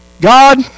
God